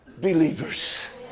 believers